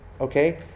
okay